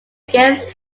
against